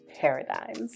paradigms